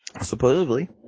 Supposedly